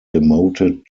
demoted